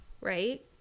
right